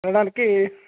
తినడానికి